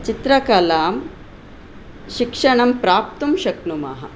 चित्रकलां शिक्षणं प्राप्तुं शक्नुमः